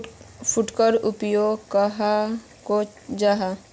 फुटकर व्यापार कहाक को जाहा?